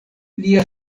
lia